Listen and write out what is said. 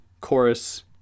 chorus